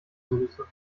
soße